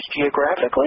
geographically